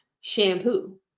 shampoo